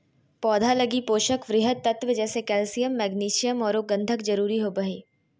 पौधा लगी पोषक वृहत तत्व जैसे कैल्सियम, मैग्नीशियम औरो गंधक जरुरी होबो हइ